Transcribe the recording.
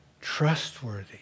trustworthy